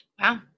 Wow